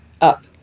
up